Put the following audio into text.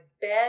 bed